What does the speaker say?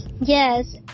Yes